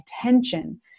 attention